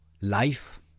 life